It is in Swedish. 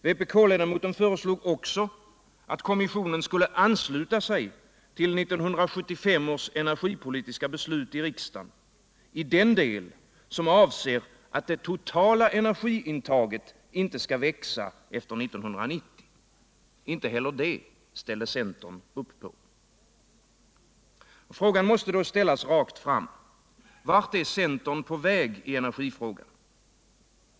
Vpk-ledamoten föreslog också att kommissionen skulle ansluta sig till 1975 års energipolitiska beslut i riksdagen, iden del som avser att det totala energiintaget inte skall växa efter 1990. Inte heller det ställde centern upp på. Frågan måste därför ställas rakt fram: Vart är centern på väg i energifrågan?